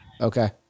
Okay